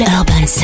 Urban